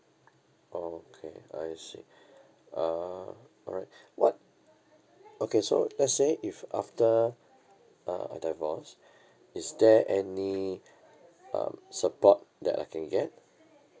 okay I see uh alright what okay so let's say if after uh a divorce is there any um support that I can get